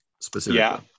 specifically